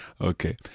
Okay